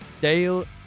Dale